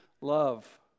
love